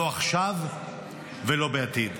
לא עכשיו ולא בעתיד.